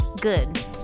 Good